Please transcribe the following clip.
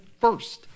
first